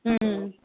હં